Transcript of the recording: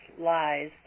lies